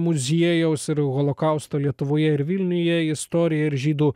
muziejaus ir holokausto lietuvoje ir vilniuje istorija ir žydų